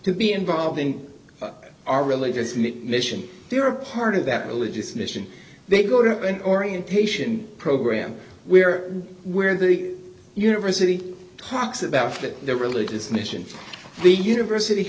to be involved in our religious meet mission they were part of that religious mission they go to an orientation program we're where the university talks about their religious mission the university